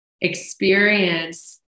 experience